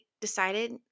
decided